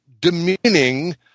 demeaning